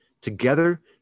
Together